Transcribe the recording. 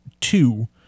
two